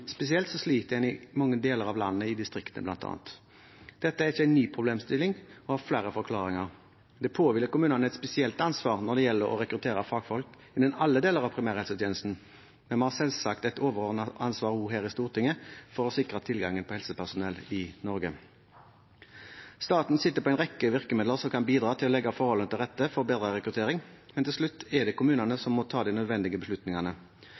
spesielt sliter en i noen deler av landet, i distriktene bl.a. Dette er ikke en ny problemstilling og har flere forklaringer. Det påhviler kommunene et spesielt ansvar når det gjelder å rekruttere fagfolk innen alle deler av primærhelsetjenesten, men vi har selvsagt et overordnet ansvar også her i Stortinget for å sikre tilgangen på helsepersonell i Norge. Staten sitter på en rekke virkemidler som kan bidra til å legge forholdene til rette for bedre rekruttering, men til slutt er det kommunene som må ta de nødvendige beslutningene.